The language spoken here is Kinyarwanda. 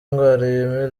indwara